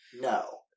No